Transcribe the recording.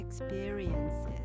experiences